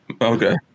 okay